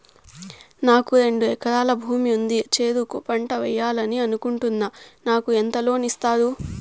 నాకు రెండు ఎకరాల భూమి ఉంది, చెరుకు పంట వేయాలని అనుకుంటున్నా, నాకు ఎంత లోను ఇస్తారు?